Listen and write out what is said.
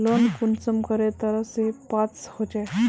Loan कुंसम करे तरह से पास होचए?